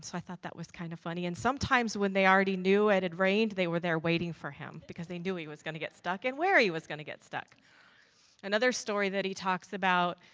so i thought that was kind of funny and sometimes when they already knew it had rained they were there waiting for him because they knew he was going get stuck and where he was going to get stuck another story that he talks about